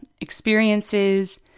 experiences